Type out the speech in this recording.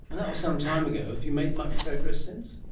and that was some time ago. have you made much progress since?